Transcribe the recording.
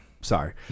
Sorry